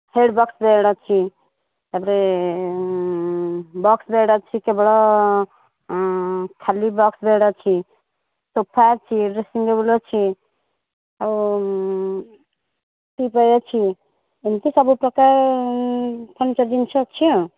head box bed ଅଛି ତା'ପରେ box bed ଅଛି କେବଳ ଖାଲି ବକ୍ସ୍ ବେଡ଼୍ ଅଛି ସୋଫା ଅଛି ଡ୍ରେସିଙ୍ଗ୍ ଟେବୁଲ୍ ଅଛି ଆଉ ଟିପଏ ଅଛି ଏମିତି ସବୁ ପ୍ରକାର ଫର୍ଣ୍ଣିଚର୍ ଜିନିଷ ଅଛି ଆଉ